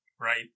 right